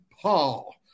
Paul